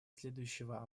следующего